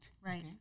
Right